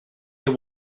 you